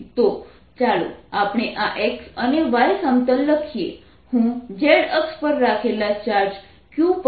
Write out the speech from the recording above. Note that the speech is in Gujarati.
તો ચાલો આપણે આ x અને y સમતલ લખીએ હું z અક્ષ પર રાખેલા ચાર્જ q પર બળની ગણતરી કરવા માંગુ છું